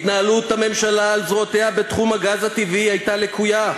התנהלות הממשלה על זרועותיה בתחום הגז הטבעי הייתה לקויה,